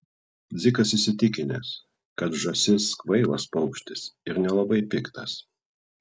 dzikas įsitikinęs kad žąsis kvailas paukštis ir nelabai piktas